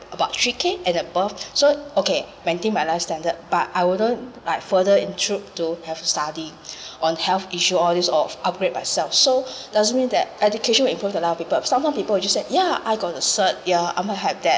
about three K and above so okay maintain my life standard but I wouldn't like further into to have study on health issue all these or upgrade myself so doesn't mean that education will improve the life of people sometime people will just say yeah I got a cert yeah I'm